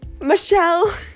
michelle